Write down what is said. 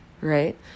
right